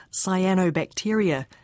cyanobacteria